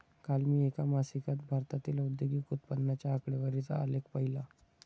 काल मी एका मासिकात भारतातील औद्योगिक उत्पन्नाच्या आकडेवारीचा आलेख पाहीला